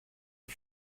του